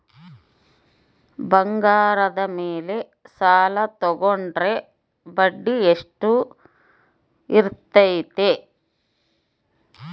ಬಂಗಾರದ ಮೇಲೆ ಸಾಲ ತೋಗೊಂಡ್ರೆ ಬಡ್ಡಿ ಎಷ್ಟು ಇರ್ತೈತೆ?